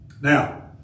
now